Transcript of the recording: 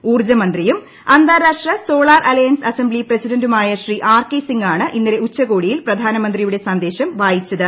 ഊർജ്ജ് മുന്ത്രിയും അന്താരാഷ്ട്ര solar alliance assembly പ്രസിഡന്റുമായ ശ്രീ ആർ കെ സിംഗ് ആണ് ഇന്നലെ ഉച്ചകോടിയിൽ പ്ര്ധാനമന്ത്രിയുടെ സന്ദേശം വായിച്ചത്